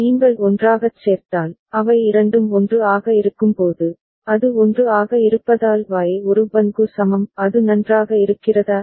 நீங்கள் ஒன்றாகச் சேர்த்தால் அவை இரண்டும் 1 ஆக இருக்கும்போது அது 1 ஆக இருப்பதால் Y ஒரு Bn க்கு சமம் அது நன்றாக இருக்கிறதா